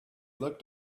looked